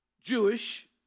Jewish